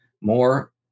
more